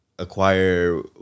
acquire